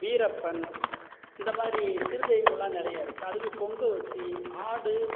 வீரப்பன் இந்த மாதிரி சிறு தெய்வங்கள்லாம் நிறைய இருக்குது அதுக்கு பொங்கல் வச்சு ஆடு